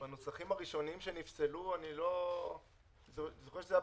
בנוסחים הראשונים שנפסלו אני זוכר שזה היה